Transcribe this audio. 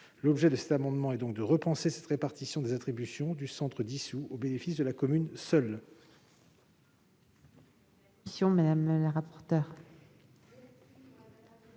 L'objet de cet amendement est de repenser la répartition des attributions du centre dissous au bénéfice des seules communes.